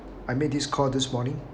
I made this call this morning